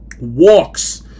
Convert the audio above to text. walks